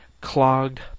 clogged